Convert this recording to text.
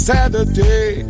Saturday